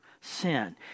sin